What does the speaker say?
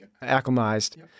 acclimatized